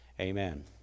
amen